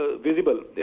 visible